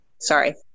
Sorry